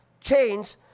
change